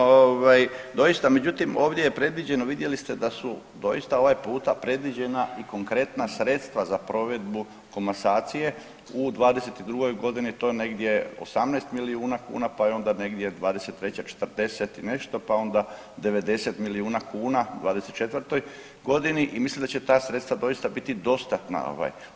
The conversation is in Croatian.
Ovaj, doista međutim ovdje je predviđeno, vidjeli ste da su, doista ovaj puta predviđena i konkretna sredstva za provedbu komasacije, u '22.g. to je negdje 18 milijuna kuna, pa je onda negdje '23. 40 i nešto, pa onda 90 milijuna kuna u '24.g. i mislim da će ta sredstva doista biti dostatna ovaj.